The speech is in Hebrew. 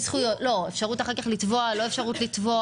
יש אפשרות אחר כך לתבוע או אין אפשרות לתבוע?